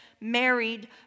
married